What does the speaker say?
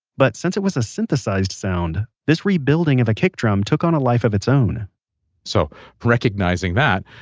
but since it was a synthesized sound, this rebuilding of a kick drum took on a life of its own so recognizing that,